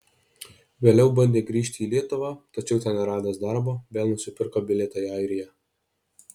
vėliau bandė grįžti į lietuvą tačiau ten neradęs darbo vėl nusipirko bilietą į airiją